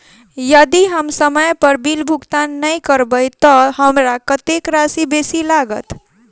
यदि हम समय पर बिल भुगतान नै करबै तऽ हमरा कत्तेक राशि बेसी लागत?